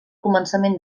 començament